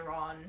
on